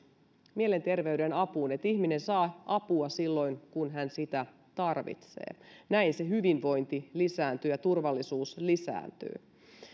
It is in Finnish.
mielenterveyden apuun että ihminen saa apua silloin kun hän sitä tarvitsee näin se hyvinvointi lisääntyy ja turvallisuus lisääntyy